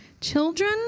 Children